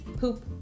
poop